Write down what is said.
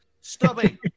stubby